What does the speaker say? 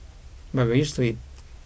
but we are used to it